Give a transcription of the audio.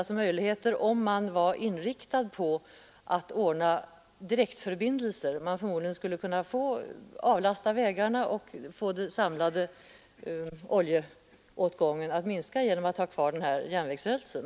Om man vore inriktad på att ordna direktförbindelser, funnes det möjligheter att avlasta vägarna och därigenom få den samlade oljeåtgången att minska genom att ha kvar järnvägsrälsen.